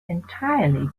entirely